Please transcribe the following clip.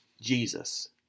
Jesus